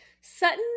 Sutton